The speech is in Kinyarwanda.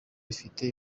rifite